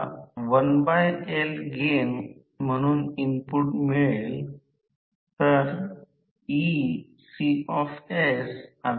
म्हणून rotor frequency F2 s f जरी हे s f जेव्हा रोटर स्लिप s असेल आणि s ns n s सह फिरत असेल